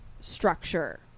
structure